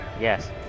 Yes